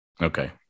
Okay